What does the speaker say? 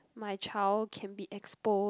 my child can be exposed